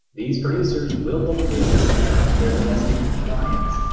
these producers will locate near their domestic clients,